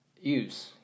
use